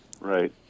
Right